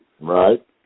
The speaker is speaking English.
Right